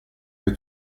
che